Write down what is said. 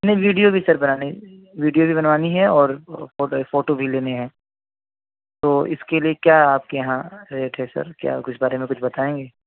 نہیں ویڈیو بھی سر بنانی ویڈیو بھی بنوانی ہے اور فوٹو فوٹو بھی لینے ہیں تو اس کے لیے کیا آپ کے یہاں ریٹ ہے سر کیا کچھ اس بارے میں کچھ بتائیں گے